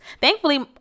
Thankfully